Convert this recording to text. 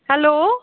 hello